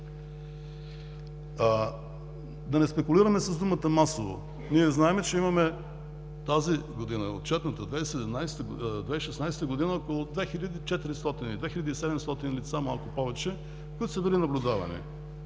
Да не спекулираме с думата „масово“. Ние знаем, че имаме тази година, отчетната 2016 г., около 2400, 2700 лица или малко повече, които са били наблюдавани.